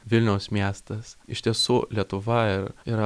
vilniaus miestas iš tiesų lietuva ir yra